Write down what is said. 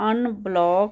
unblock